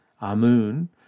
Amun